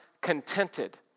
contented